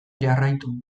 jarraitu